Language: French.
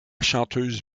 chanteuse